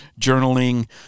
journaling